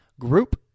Group